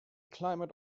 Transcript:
climate